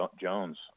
Jones